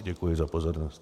Děkuji za pozornost.